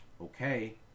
okay